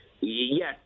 yes